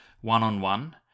one-on-one